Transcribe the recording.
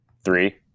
three